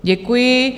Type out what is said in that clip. Děkuji.